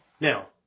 Now